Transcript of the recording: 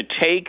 take